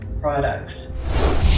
products